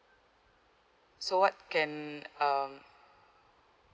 so what can um